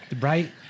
Right